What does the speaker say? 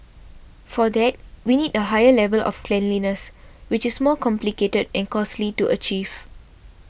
for that we need a higher level of cleanliness which is more complicated and costly to achieve